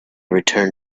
returned